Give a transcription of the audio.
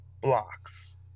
blocks